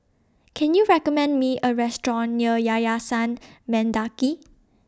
Can YOU recommend Me A Restaurant near Yayasan Mendaki